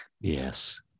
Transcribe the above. Yes